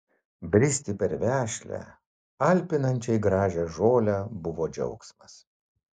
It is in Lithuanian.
bristi per vešlią alpinančiai gražią žolę buvo džiaugsmas